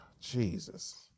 jesus